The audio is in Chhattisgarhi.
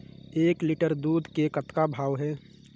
एक लिटर दूध के कतका भाव हे?